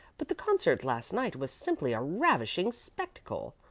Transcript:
but the concert last night was simply a ravishing spectacle.